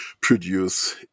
produce